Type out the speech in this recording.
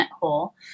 hole